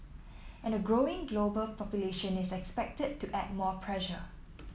and a growing global population is expected to add more pressure